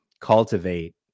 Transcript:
cultivate